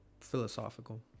philosophical